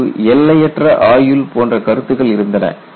முன்பு எல்லையற்ற ஆயுள் போன்ற கருத்துகள் இருந்தன